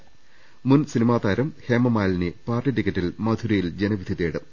്മുൻ cinema താരം Hema Malini party ടിക്കറ്റിൽ മഥുരയിൽ ജനവിധി നേടും